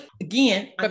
again